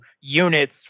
units